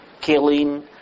killing